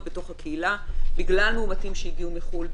בתוך הקהילה בגלל מאומתים שהגיעו מחו"ל,